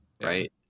Right